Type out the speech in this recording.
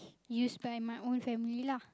you spare my own family lah